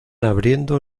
abriendo